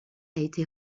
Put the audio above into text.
été